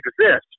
exist